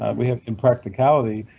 ah we have in practicality,